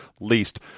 least